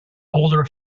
older